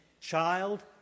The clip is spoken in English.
child